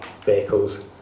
vehicles